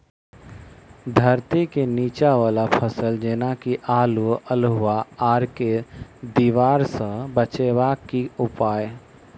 धरती केँ नीचा वला फसल जेना की आलु, अल्हुआ आर केँ दीवार सऽ बचेबाक की उपाय?